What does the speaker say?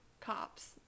Cops